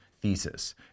thesis